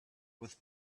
with